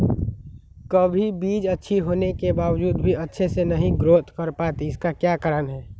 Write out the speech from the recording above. कभी बीज अच्छी होने के बावजूद भी अच्छे से नहीं ग्रोथ कर पाती इसका क्या कारण है?